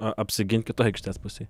a apsigint kitoj aikštės pusėj